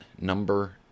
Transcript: number